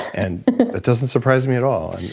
and that doesn't surprise me at all,